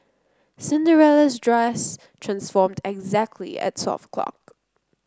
Cinderella's dress transformed exactly at twelve o'clock